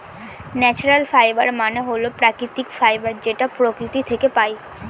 natural fibre মানে হল প্রাকৃতিক ফাইবার যেটা প্রকৃতি থাকে পাই